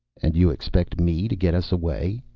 and you expect me to get us away?